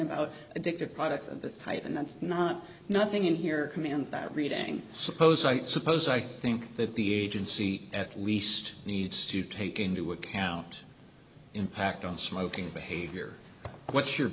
about addictive products and that's tight and that's not nothing in here commands that reading suppose i suppose i think that the agency at least needs to take into account impact on smoking behavior what's your